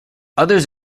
others